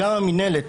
גם המינהלת